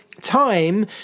time